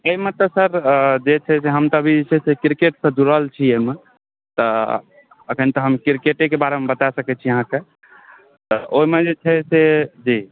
एहिमे तऽ जे छै सर हम तऽ क्रिकेट से जुड़ल छी एहिमे तऽ अखन तऽ हम क्रिकेटेके बारेमे बता सकै छी अहाँकेॅं ओहिमे जे छै से जी